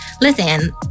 Listen